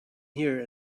here